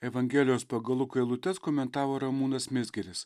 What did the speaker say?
evangelijos pagal luką eilutes komentavo ramūnas mizgiris